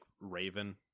Raven